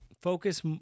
focus